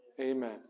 Amen